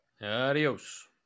Adios